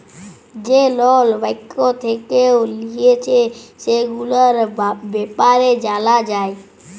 যে লল ব্যাঙ্ক থেক্যে লিয়েছে, সেগুলার ব্যাপারে জালা যায়